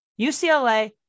UCLA